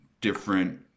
different